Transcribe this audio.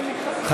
לרבות השרים.